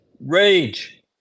Rage